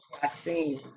vaccine